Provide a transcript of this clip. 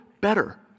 better